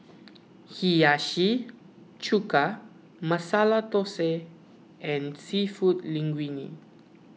Hiyashi Chuka Masala Dosa and Seafood Linguine